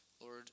Lord